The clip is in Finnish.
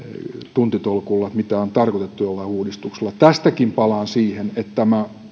tuntitolkulla että mitä on tarkoitettu jollain uudistuksella tästäkin palaan siihen että tämä